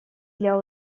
для